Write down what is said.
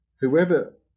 whoever